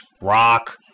rock